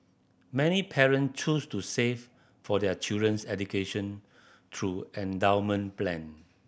many parent choose to save for their children's education through endowment plan